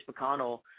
McConnell